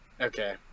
Okay